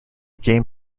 game